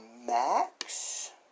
max